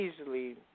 easily